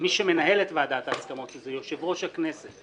מי שמנהל את ועדת ההסכמות שזה יושב-ראש הכנסת,